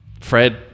Fred